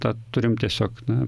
tą turim tiesiog na